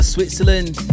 Switzerland